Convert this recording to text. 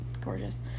gorgeous